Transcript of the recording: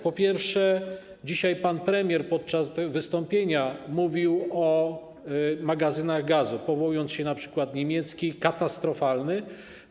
Po pierwsze, dzisiaj pan premier podczas wystąpienia mówił o magazynach gazu, powołując się na przykład niemiecki, katastrofalny.